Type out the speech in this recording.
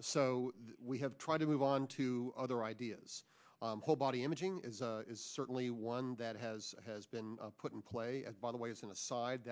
so we have tried to move on to other ideas whole body imaging is is certainly one that has has been put in play by the way as an aside